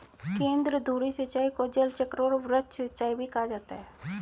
केंद्रधुरी सिंचाई को जलचक्र और वृत्त सिंचाई भी कहा जाता है